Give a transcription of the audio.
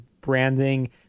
branding